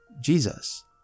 Jesus